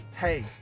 hey